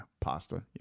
pasta